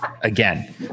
again